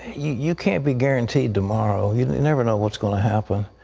you can't be guaranteed tomorrow. you never know what's going to happen.